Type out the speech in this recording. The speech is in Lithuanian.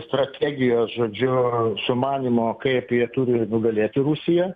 strategijos žodžiu sumanymų kaip jie turi nugalėti rusiją